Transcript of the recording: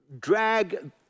drag